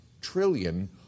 trillion